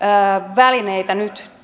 välineitä nyt